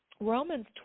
Romans